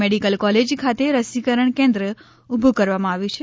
medical college ખાતે રસીકરણ કેન્દ્ર ઉભું કરવામાં આવ્યું છે